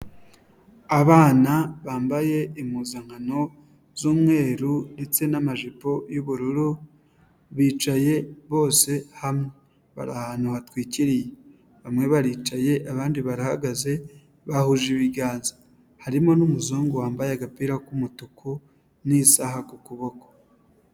Abana bambaye impuzankano z'umweru ndetse n'amajipo y'ubururu bicaye bose hamwe. Bari ahantu hatwikiriye, bamwe baricaye abandi barahagaze bahuje ibiganza, harimo n'umuzungu wambaye agapira k'umutuku n'isaha ku kuboko.